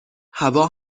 هوا